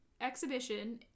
exhibition